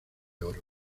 oro